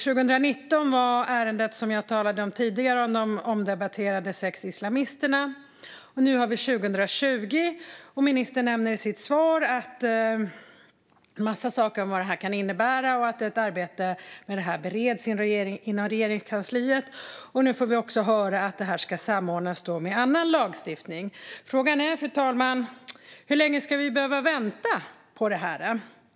År 2019 hade vi det ärende som jag talade om tidigare, om de omdebatterade sex islamisterna. Nu har vi 2020, och ministern nämner i sitt svar en massa saker om vad detta kan innebära och att ett arbete med det här bereds inom Regeringskansliet. Nu får vi också höra att detta ska samordnas med annan lagstiftning. Frågan är, fru talman, hur länge vi ska behöva vänta.